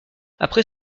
après